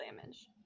damage